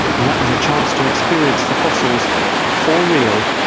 and that was a chance to experience the fossils for real,